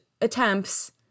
attempts